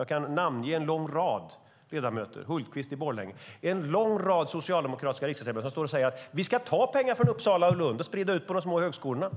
Jag kan namnge en lång rad socialdemokratiska riksdagsledamöter, Hultqvist i Borlänge är ett exempel, som säger att vi ska ta pengar från Uppsala och Lund och sprida ut på de små högskolorna.